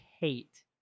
hate